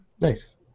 Nice